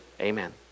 Amen